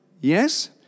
Yes